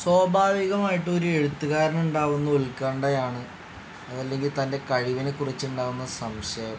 സ്വാഭാവികമായിട്ട് ഒരു എഴുത്തുകാരന് ഉണ്ടാവുന്ന ഉൽക്കണ്ഠയാണ് അത് അല്ലെങ്കിൽ തൻ്റെ കഴിവിനെക്കുറിച്ച് ഉണ്ടാകുന്ന സംശയം